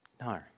No